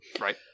right